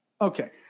Okay